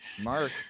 Mark